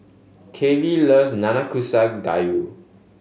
Kailey loves Nanakusa Gayu